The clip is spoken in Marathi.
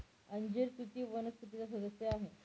अंजीर तुती वनस्पतीचा सदस्य आहे